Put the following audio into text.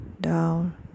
down